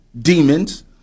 demons